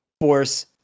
force